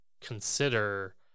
consider